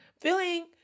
feeling